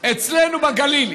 אצלנו בגליל,